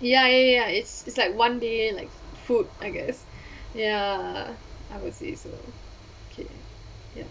ya ya ya it's it's like one day like food I guess ya I would say so okay ya